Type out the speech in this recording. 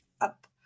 up